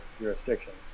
jurisdictions